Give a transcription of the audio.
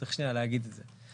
צריך שנייה להגיד את זה.